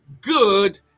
good